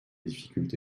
difficultés